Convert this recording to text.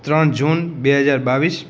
ત્રણ જૂન બે હજાર બાવીસ